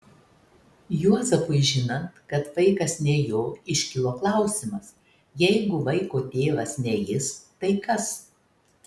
juozapui žinant kad vaikas ne jo iškilo klausimas jeigu vaiko tėvas ne jis tai kas